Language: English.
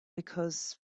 because